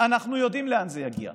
אנחנו יודעים לאן זה יגיע.